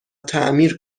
تعمیر